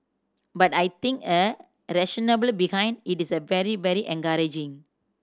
but I think a rationale will behind it is very very encouraging